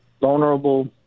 Vulnerable